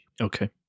Okay